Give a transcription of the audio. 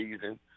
season